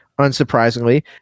unsurprisingly